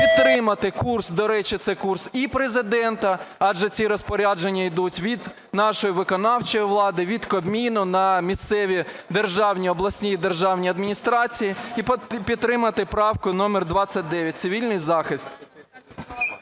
підтримати курс. До речі, це курс і Президента, адже ці розпорядження йдуть від нашої виконавчої влади, від Кабміну на місцеві державні, обласні і державні адміністрації. І підтримати правку номер 29 – цивільний захист.